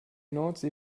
nordsee